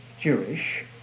Jewish